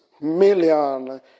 million